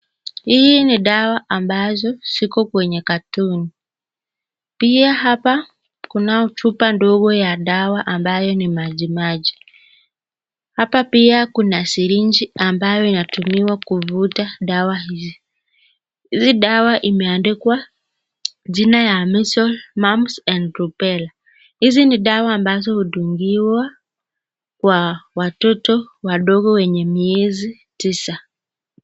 Hii ni dawa ambazo ziko kwenye katoni ,pia hapa kunayo chupa ndogo ya dawa ambayo ni maji maji ,hapa pia kuna sireji ambayo inatumiwa kuvuta dawa hizi , hizi dawa imeandikwa jina ya (cs) measles mumps and rubella (cs) hizi ni dawa ambazo hudungiwa kwa watoto wadogo wenye miezi tisa.